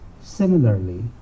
Similarly